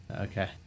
Okay